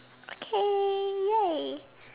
okay ya